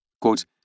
Quote